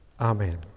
Amen